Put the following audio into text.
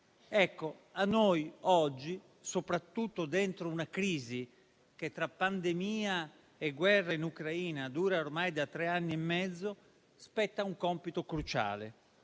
A noi, oggi, soprattutto dentro una crisi che, tra pandemia e guerra in Ucraina, dura ormai da tre anni e mezzo, spetta un compito cruciale: